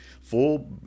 full